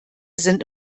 sind